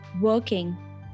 working